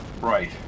Right